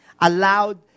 allowed